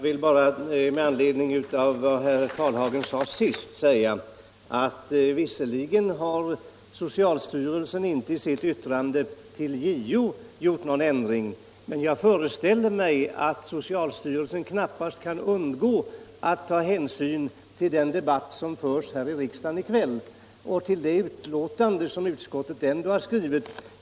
Herr talman! Med anledning av det som herr Karlehagen senast anförde vill jag bara säga att visserligen har socialstyrelsen i sitt yttrande till JO inte gjort någon ändring, men jag föreställer mig att styrelsen knappast kan undgå att ta hänsyn till den debatt som förs här i riksdagen i kväll och till det betänkande som utskottet har skrivit.